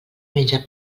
menja